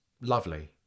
lovely